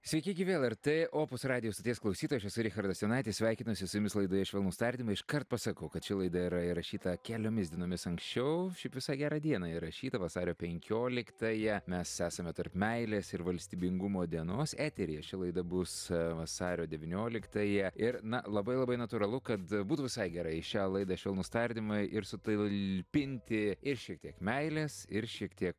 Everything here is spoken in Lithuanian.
sveiki gyvi lrt opus radijo stoties klausytojai aš esu richardas jonaitis sveikinuosi su jumis laidoje švelnūs tardymai iškart pasakau kad ši laida yra įrašyta keliomis dienomis anksčiau šiaip visai gerą dieną įrašyta vasario penkioliktąją mes esame tarp meilės ir valstybingumo dienos eteryje ši laida bus vasario devynioliktąją ir na labai labai natūralu kad būtų visai gerai į šią laidą švelnūs tardymai ir sutalpinti ir šiek tiek meilės ir šiek tiek